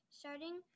starting